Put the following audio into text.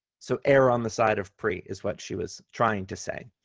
so err on the side of pre is what she was trying to say.